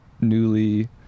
newly